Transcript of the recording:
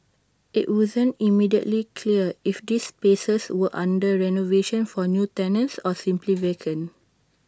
IT wasn't immediately clear if these spaces were under renovation for new tenants or simply vacant